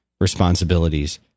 responsibilities